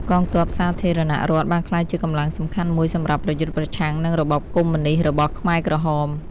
កងទ័ពសាធារណរដ្ឋបានក្លាយជាកម្លាំងសំខាន់មួយសម្រាប់ប្រយុទ្ធប្រឆាំងនឹងរបបកុម្មុយនិស្តរបស់ខ្មែរក្រហម។